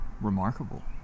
Remarkable